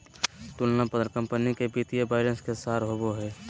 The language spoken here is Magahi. तुलना पत्र कंपनी के वित्तीय बैलेंस के सार होबो हइ